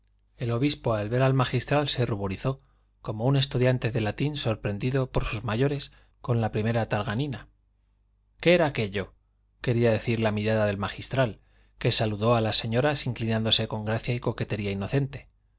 el obispo al ver al magistral se ruborizó como un estudiante de latín sorprendido por sus mayores con la primera tagarnina qué era aquello quería decir la mirada del magistral que saludó a las señoras inclinándose con gracia y coquetería inocente